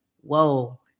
whoa